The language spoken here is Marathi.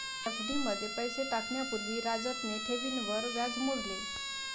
एफ.डी मध्ये पैसे टाकण्या पूर्वी राजतने ठेवींवर व्याज मोजले